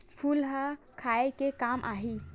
फूल ह खाये के काम आही?